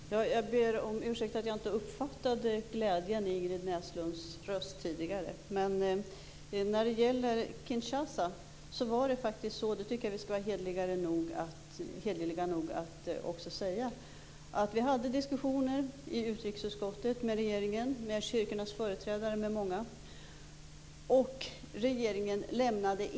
Herr talman! Jag ber om ursäkt om jag inte uppfattade glädjen i Ingrid Näslunds röst tidigare. Men jag tycker att vi skall vara hederliga nog att säga att när det gällde Kinshasa förde vi diskussioner i utrikesutskottet med regeringen, med kyrkornas företrädare och med många andra.